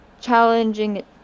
challenging